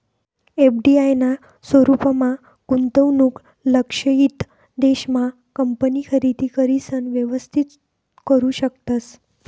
FDI ना स्वरूपमा गुंतवणूक लक्षयित देश मा कंपनी खरेदी करिसन व्यवस्थित करू शकतस